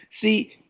See